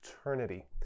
eternity